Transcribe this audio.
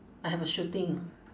I have a shooting